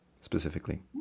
specifically